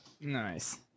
Nice